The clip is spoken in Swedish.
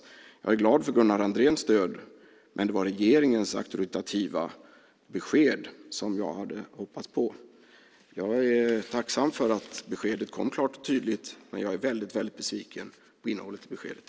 Jag är glad för Gunnar Andréns stöd, men det var regeringens auktoritativa besked som jag hade hoppats på. Jag är tacksam för att beskedet kom klart och tydligt, men jag är väldigt besviken på innehållet i beskedet.